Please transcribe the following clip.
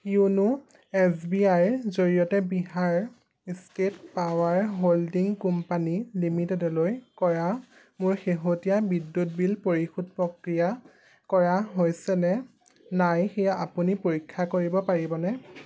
য়োনো S B আইৰ জৰিয়তে Bihar state power holding company লিমিটেডলৈ কৰা মোৰ শেহতীয়া বিদ্যুৎ বিল পৰিশোধ প্ৰক্ৰিয়া কৰা হৈছে নে নাই সেয়া আপুনি পৰীক্ষা কৰিব পাৰিবনে